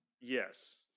Yes